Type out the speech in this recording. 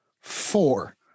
four